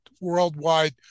worldwide